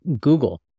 Google